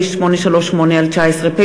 פ/838/19,